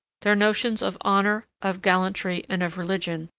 their notions of honor, of gallantry, and of religion,